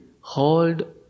hold